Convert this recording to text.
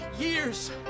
years